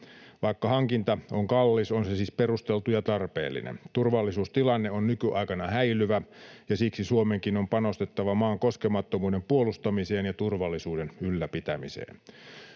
Vaikka hankinta on kallis, on se siis perusteltu ja tarpeellinen. Turvallisuustilanne on nykyaikana häilyvä, ja siksi Suomenkin on panostettava maan koskemattomuuden puolustamiseen ja turvallisuuden ylläpitämiseen.